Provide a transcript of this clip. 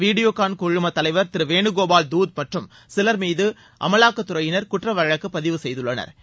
video Khan குழுமத் தலைவர் திரு வேனுகோபால் தூத் மற்றும் சிலர் மீது அமலாக்கத்துறையினர் குற்றவழக்கு பதிவு செய்துள்ளனர